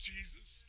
Jesus